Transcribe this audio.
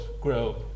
grow